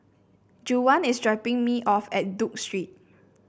Juwan is dropping me off at Duke Street